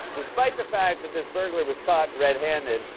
despite the fact that this burglar was caught red-handed,